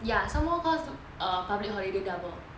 ya some more caused a public holiday double